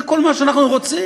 זה כל מה שאנחנו רוצים,